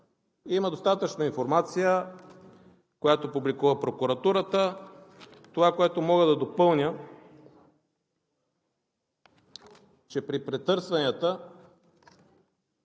има достатъчно информация, която публикува прокуратурата. Това, което мога да допълня, че при претърсванията